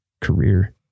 career